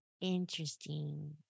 interesting